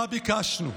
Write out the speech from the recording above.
מה ביקשנו?